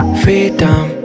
freedom